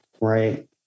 right